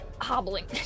hobbling